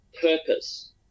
purpose